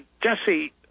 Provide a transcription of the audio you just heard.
Jesse